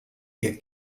ihr